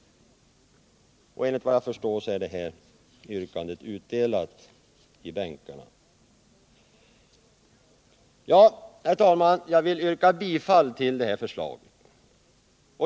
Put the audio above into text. Detta yrkande har utdelats i bänkarna. Jag vill, herr talman, yrka bifall till det förslaget.